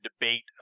debate